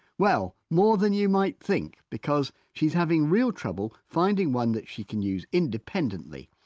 well more than you might think because she's having real trouble finding one that she can use independently,